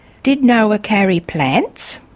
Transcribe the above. did noah carry plants?